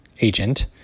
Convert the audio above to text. agent